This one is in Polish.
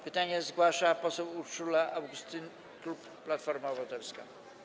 Pytanie zgłasza poseł Urszula Augustyn, klub Platforma Obywatelska.